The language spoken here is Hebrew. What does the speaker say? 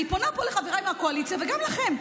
אני פונה פה אל חבריי מהקואליציה וגם אליכם.